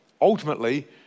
ultimately